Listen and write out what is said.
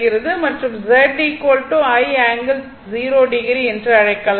மற்றும் Z i ∠0o என்று அழைக்கலாம்